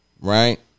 right